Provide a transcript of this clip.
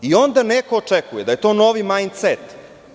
I onda neko očekuje da je to novi "majn cet"